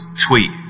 tweet